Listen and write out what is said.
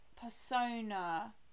persona